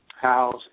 house